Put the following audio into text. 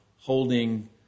holding